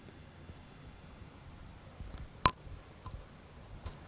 পধাল মলতিরি জল ধল যজলা হছে ইক ধরলের পরকল্প যেট মালুসের আথ্থিক সহায়তার লকদের জ্যনহে